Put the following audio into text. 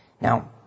Now